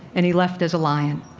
and he left as a lion.